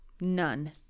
None